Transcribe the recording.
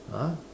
ah